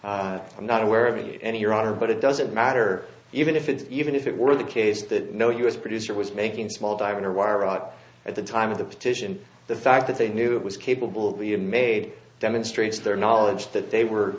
to i'm not aware of any your honor but it doesn't matter even if it's even if it were the case that no us producer was making small diameter wire out at the time of the petition the fact that they knew it was capable of you made demonstrates their knowledge that they were